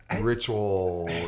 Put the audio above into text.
ritual